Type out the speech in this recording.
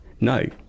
No